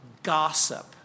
Gossip